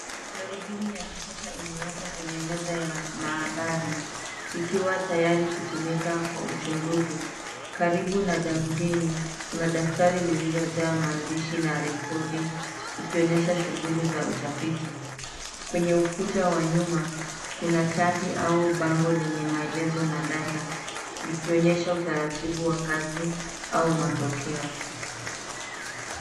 Darubini ya kisasa imewekwa kwenye meza ya maabara, ikiwa tayari kutumika kwa uchunguzi. Karibu na darubini kuna daftari lililojaa maandishi na rekodi, ikionyesha shughuli za utafiti. Kwenye ukuta wa nyuma, kuna chati au bango lenye maelezo na data likionyesha utaratibu wa kazi au matokeo.